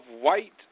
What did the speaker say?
white